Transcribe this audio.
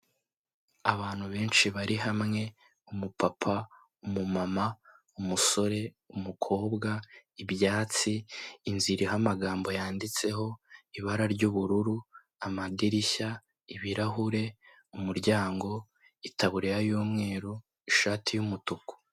Abantu benshi bari hamwe, umupapa, umumama, umusore, umukobwa, ibyatsi, inzu iriho amagambo yanditseho, ibara ry'ubururu, amadirishya, ibirahure umuryango, itaburiya y'umweru, ishati y'umutuku.